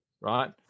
right